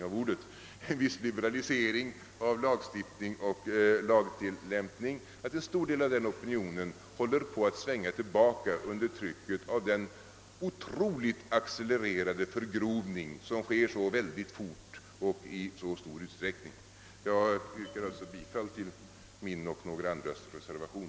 Denna opinion var säkerligen för ett par år sedan rätt mycket för en viss liberalisering — jag hoppas att alla våra liberala vänner inte tar illa upp för denna fula användning av ordet. drift funnes, kunde bli delaktiga av sådant stöd,